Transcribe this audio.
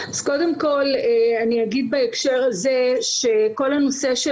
אז קודם כל אני אגיד בהקשר הזה שכל הנושא של